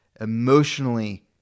emotionally